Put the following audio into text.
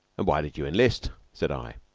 and why did you enlist? said i.